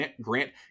grant